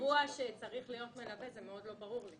קבוע צריך להיות מלווה, זה מאוד לא ברור לי.